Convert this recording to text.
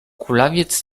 kulawiec